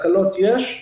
תקלות יש.